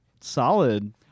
Solid